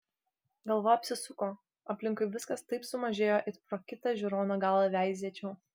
galva apsisuko aplinkui viskas taip sumažėjo it pro kitą žiūrono galą veizėčiau